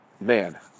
man